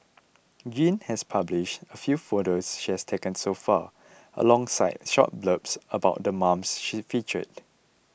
Yin has published a few photos she has taken so far alongside short blurbs about the moms she featured